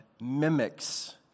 mimics